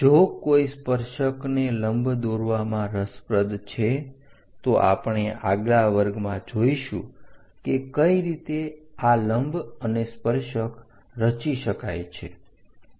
જો કોઈ સ્પર્શકને લંબ દોરવામાં રસપ્રદ છે તો આપણે આગલા વર્ગમાં જોઈશું કે કઈ રીતે આ લંબ અને સ્પર્શક રચી શકાય છે